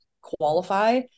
qualify